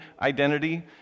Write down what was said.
identity